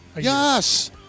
Yes